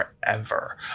forever